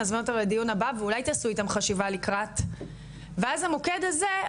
נזמין אותם לדיון הבא ואולי תעשו חשיבה לקראת ואז המוקד הזה,